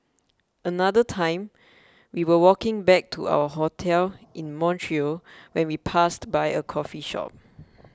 another time we were walking back to our hotel in Montreal when we passed by a coffee shop